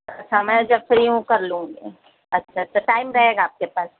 اچھا میں جب فری ہوں کر لوں گی اچھا اچھا ٹائم رہے گا آپ کے پاس